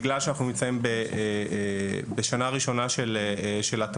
בגלל שאנחנו נמצאים בשנה הראשונה של הטמעה,